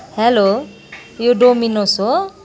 hello यो Domino's हो